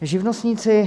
Živnostníci.